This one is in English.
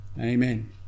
Amen